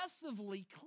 progressively